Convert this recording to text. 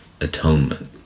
atonement